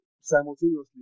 simultaneously